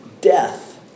death